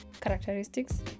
characteristics